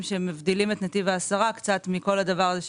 שמבדילים את נתיב העשרה קצת מכל הדבר הזה,